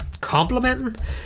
Complimenting